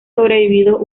sobrevivido